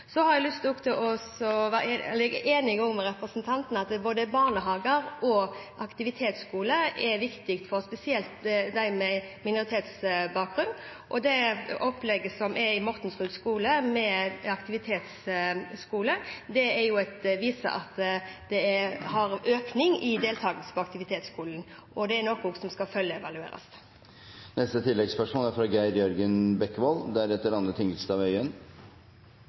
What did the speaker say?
Jeg er enig med representanten i at både barnehage og aktivitetsskole er viktig for spesielt dem med minoritetsbakgrunn. Og det opplegget med aktivitetsskole som er på Mortensrud skole, viser at det er en økning i deltakelsen på aktivitetsskolen. Det er noe som skal